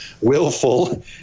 willful